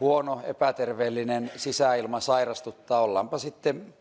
huono epäterveellinen sisäilma sairastuttaa ollaanpa sitten